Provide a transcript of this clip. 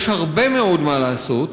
יש הרבה מאוד מה לעשות.